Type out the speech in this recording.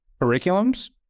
curriculums